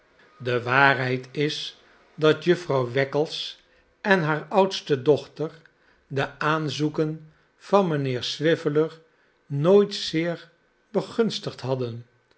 de waarheid is dat jufvrouw wackles en hare oudste dochter de aanzoeken van mijnheer swiveller nooit zeer begunstigd hadden